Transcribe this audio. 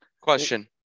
Question